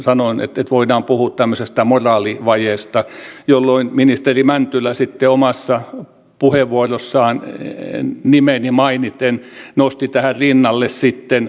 sanoin että voidaan puhua tämmöisestä moraalivajeesta jolloin ministeri mäntylä sitten omassa puheenvuorossaan nimeni mainiten nosti tähän rinnalle sitten